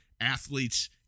athletes